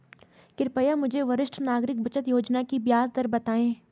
कृपया मुझे वरिष्ठ नागरिक बचत योजना की ब्याज दर बताएँ